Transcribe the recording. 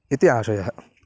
इति आशयः